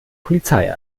polizei